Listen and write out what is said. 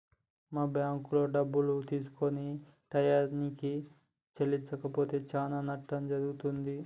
మనం బ్యాంకులో డబ్బులుగా తీసుకొని టయానికి చెల్లించకపోతే చానా నట్టం జరుగుతుంది